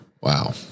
Wow